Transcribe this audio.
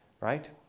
right